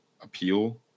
appeal